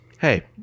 hey